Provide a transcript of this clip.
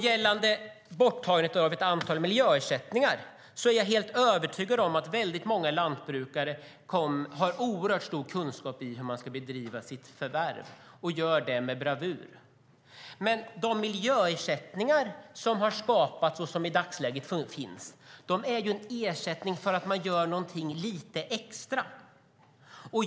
Gällande borttagandet av ett antal miljöersättningar är jag helt övertygad om att många lantbrukare har stor kunskap om hur de ska bedriva sitt förvärv, och det gör de med bravur. Men de miljöersättningar som i dagsläget finns är ju en ersättning för att man gör någonting lite extra.